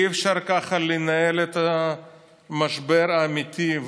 אי-אפשר ככה לנהל משבר אמיתי,